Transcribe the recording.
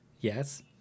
Yes